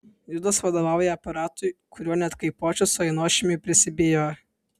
judas vadovauja aparatui kurio net kaipošius su ainošiumi prisibijo